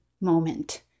moment